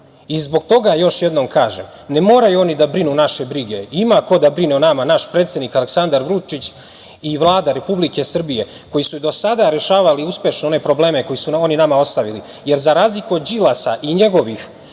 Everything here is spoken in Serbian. Zbog toga još jednom kažem, ne moraju oni da brinu naše brige, ima ko da brine o nama, naš predsednik Aleksandar Vučić i Vlada Republike Srbije koji su do sada rešavali uspešno one probleme koji su oni nama ostavili, jer za razliku od Đilasa i njegovih,